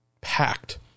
packed